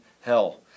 hell